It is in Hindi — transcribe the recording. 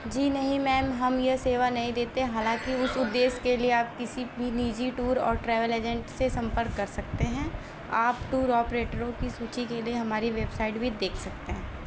जी नहीं मैम हम यह सेवा नहीं देते हालाँकि उस उद्देश्य के लिए आप किसी भी निजी टूर और ट्रैवल एजेंट से संपर्क कर सकते हैं आप टूर ऑपरेटरों की सूची के लिए हमारी वेबसाइट भी देख सकते हैं